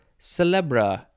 celebra